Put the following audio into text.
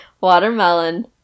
watermelon